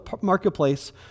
marketplace